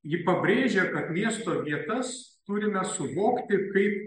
ji pabrėžia kad miesto vietas turime suvokti kaip